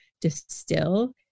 distill